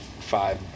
five